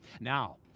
Now